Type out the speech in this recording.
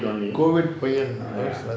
COVID பயம்:bayam